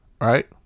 right